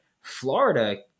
Florida